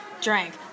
drank